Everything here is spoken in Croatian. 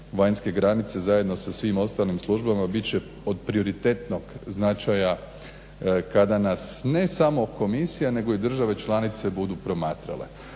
vanjske granice sa svim ostalim službama bit će od prioritetnog značaja kada nas ne samo komisija nego i države članice budu promatrale.